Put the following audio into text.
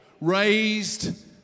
Raised